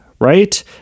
right